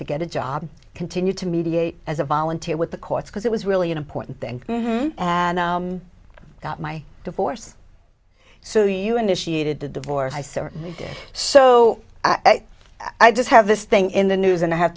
to get a job continue to mediate as a volunteer with the courts because it was really an important thing and i got my divorce so you initiated the divorce so i just have this thing in the news and i have